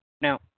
Now